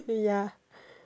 say ya